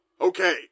okay